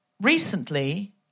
recently